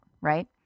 right